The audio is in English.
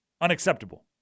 unacceptable